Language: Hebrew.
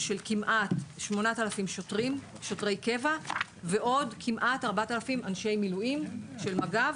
כמעט 8,000 שוטרי קבע ועוד כמעט 4,000 אנשי מילואים של מג"ב